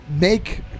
make